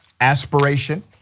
aspiration